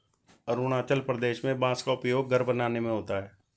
अरुणाचल प्रदेश में बांस का उपयोग घर बनाने में होता है